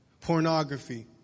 Pornography